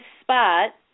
spot